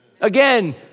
Again